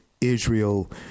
Israel